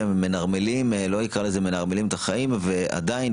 מנרמלים לא אקרא לזה מנרמלים את החיים ועדיין